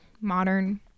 modern